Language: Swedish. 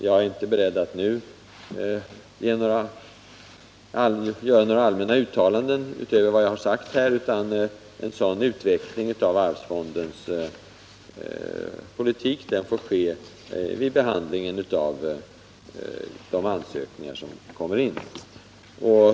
Jag är inte beredd att nu göra några allmänna uttalanden utöver vad jag här har sagt, utan en sådan utveckling av allmänna arvsfondens politik får ske vid behandlingen av de ansökningar som kommer in.